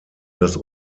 das